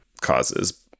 causes